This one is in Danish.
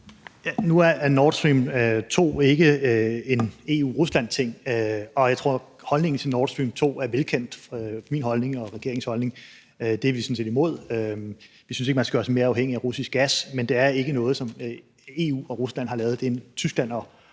Nu er Nord Stream 2 ikke en EU-Rusland-ting, og jeg tror, at holdningen til Nord Stream 2 er velkendt, altså min og regeringens holdning. Det er vi sådan set imod. Vi synes ikke, at man skal gøre sig mere afhængig af russisk gas, men det er ikke noget, som EU og Rusland har lavet; det er Tyskland og Rusland.